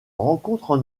rencontrent